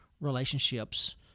relationships